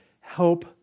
help